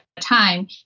time